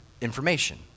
information